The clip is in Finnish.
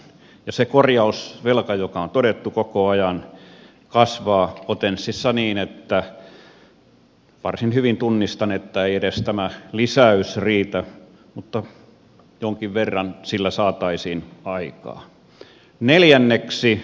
ja se korjausvelka joka on todettu koko ajan kasvaa potenssissa niin että varsin hyvin tunnistan että ei edes tämä lisäys riitä mutta jonkin verran sillä saataisiin aikaan